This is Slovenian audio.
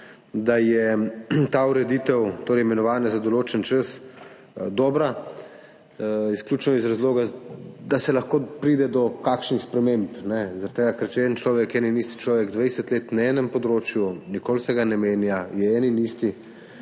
da je ta ureditev, torej imenovanja za določen čas, dobra izključno iz razloga, da se lahko pride do kakšnih sprememb, zaradi tega, ker če je en človek, en in isti človek 20 let na enem področju, nikoli se ga ne menja, potem smo